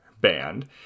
band